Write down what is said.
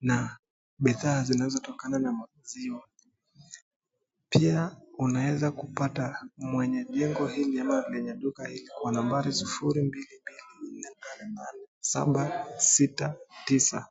na bidhaa zinazotokana na maziwa. Pia unaweza kupata mwenye jengo hili ama lenye duka hili kwa nambari 022488769.